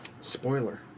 Spoiler